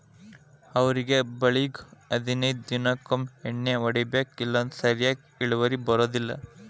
ಅವ್ರಿ ಬಳ್ಳಿಗು ಹದನೈದ ದಿನಕೊಮ್ಮೆ ಎಣ್ಣಿ ಹೊಡಿಬೇಕ ಇಲ್ಲಂದ್ರ ಸರಿಯಾಗಿ ಇಳುವರಿ ಬರುದಿಲ್ಲಾ